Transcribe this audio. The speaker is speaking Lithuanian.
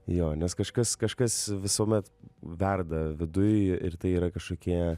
jo nes kažkas kažkas visuomet verda viduj ir tai yra kažkokie